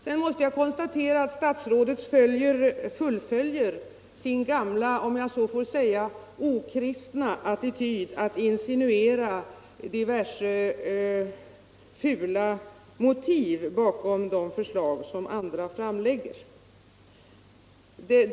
Jag måste konstatera att statsrådet fullföljer sin gamla om jag så får säga okristna attityd att insinuera diverse fula motiv bakom de förslag som andra lägger fram.